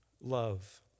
love